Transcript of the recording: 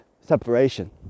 separation